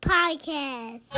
Podcast